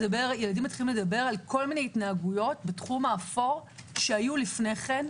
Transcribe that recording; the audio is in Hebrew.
לדבר על כל מיני התנהגויות בתחום האפור שהיו לפני כן,